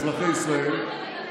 אזרחי ישראל,